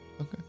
Okay